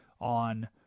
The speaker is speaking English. on